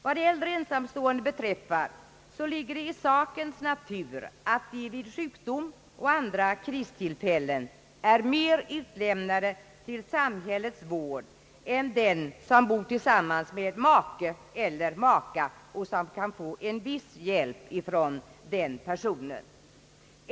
Det ligger i sakens natur att äldre ensamstående vid sjukdom och andra kristillfällen är mer utlämnade till samhällets vård än den som bor tillsammans med maka eller make och kan få en viss hjälp av den personen.